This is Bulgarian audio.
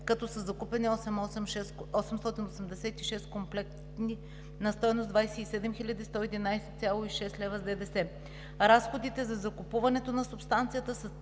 като са закупени 886 комплекта на стойност 27 111,6 лв. с ДДС. Разходите за закупуването на субстанцията са